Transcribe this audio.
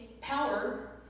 power